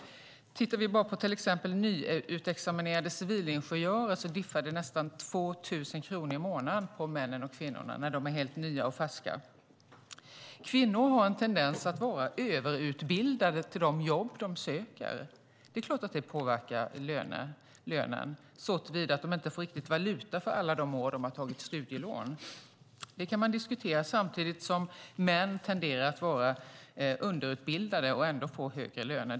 Tittar vi bara på till exempel nyutexaminerade civilingenjörer ser vi att det diffar nästan 2 000 kronor i månaden mellan männen och kvinnorna när de är helt nya och färska. Kvinnor har en tendens att vara överutbildade för de jobb de söker. Det är klart att det påverkar lönen, såtillvida att de inte riktigt får valuta för alla de år de har tagit studielån. Det kan man diskutera. Samtidigt tenderar män att vara underutbildade och får ändå högre löner.